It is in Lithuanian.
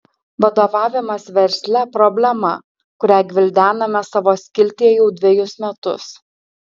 vadovavimas versle problema kurią gvildename savo skiltyje jau dvejus metus